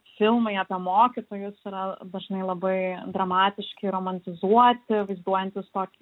filmai apie mokytojus yra dažnai labai dramatiški romantizuoti vaizduojantys tokį